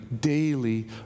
daily